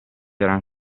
eran